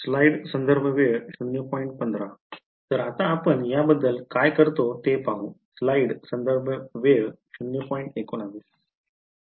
तर आता आपण याबद्दल काय करतो ते पाहूया